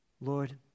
Lord